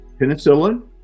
penicillin